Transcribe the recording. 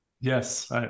Yes